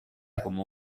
como